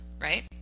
right